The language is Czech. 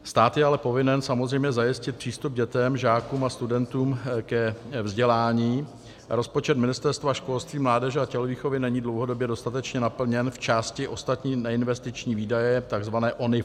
Stát je ale povinen samozřejmě zajistit přístup dětem, žákům a studentům ke vzdělání a rozpočet Ministerstva školství, mládeže a tělovýchovy není dlouhodobě dostatečně naplněn v části ostatní neinvestiční výdaje, tzv. ONIV.